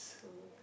mmhmm